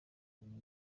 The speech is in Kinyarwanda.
ryarimo